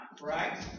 right